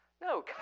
No